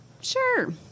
sure